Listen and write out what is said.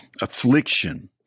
affliction